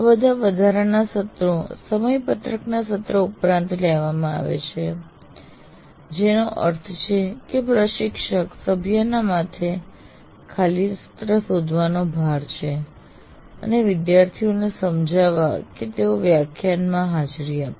આ બધા વધારાના સત્રો સમયપત્રકના સત્ર ઉપરાંત લેવામાં આવે છે જેનો અર્થ છે કે પ્રશિક્ષક સભ્યના માથે ખાલી સત્ર શોધવાનો ભાર છે અને વિદ્યાર્થીઓને સમજાવવા કે તેઓ વ્યાખ્યાનમાં હાજરી આપે